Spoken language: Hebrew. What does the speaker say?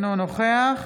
אינו נוכח